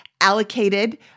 allocated